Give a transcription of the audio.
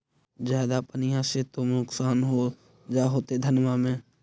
ज्यादा पनिया से तो नुक्सान हो जा होतो धनमा में?